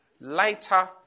lighter